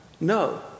No